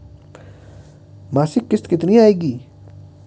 मासिक किश्त कितनी आएगी?